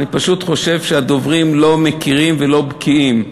אני פשוט חושב שהדוברים לא מכירים ולא בקיאים.